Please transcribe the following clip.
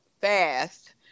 fast